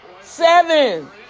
seven